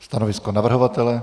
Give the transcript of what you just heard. Stanovisko navrhovatele?